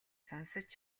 сонсож